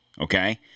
okay